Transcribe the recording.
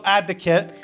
advocate